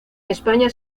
españa